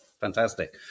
Fantastic